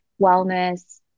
wellness